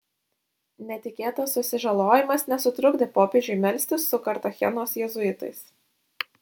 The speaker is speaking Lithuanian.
netikėtas susižalojimas nesutrukdė popiežiui melstis su kartachenos jėzuitais